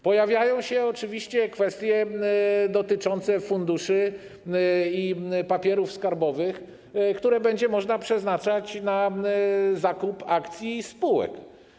Pojawiają się oczywiście kwestie dotyczące funduszy i papierów skarbowych, które będzie można przeznaczać na zakup akcji spółek.